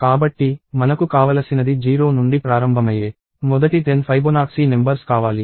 కాబట్టి మనకు కావలసినది 0 నుండి ప్రారంభమయ్యే మొదటి 10 ఫైబొనాక్సీ నెంబర్స్ కావాలి